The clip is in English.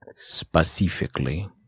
Specifically